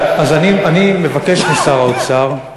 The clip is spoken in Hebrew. אז אני מבקש משר האוצר,